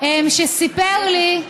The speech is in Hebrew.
שסיפר לי,